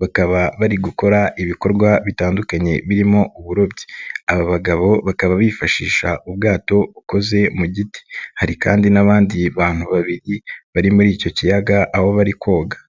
bakaba bari gukora ibikorwa bitandukanye birimo uburobyi. Aba bagabo bakaba bifashisha ubwato bukoze mu giti. Hari kandi n'abandi bantu babiri bari muri icyo kiyaga aho bari koga.